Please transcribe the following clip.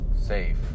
safe